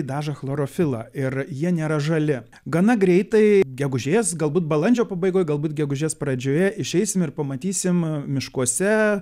dažą chlorofilą ir jie nėra žali gana greitai gegužės galbūt balandžio pabaigoj galbūt gegužės pradžioje išeisim ir pamatysim miškuose